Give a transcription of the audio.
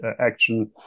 action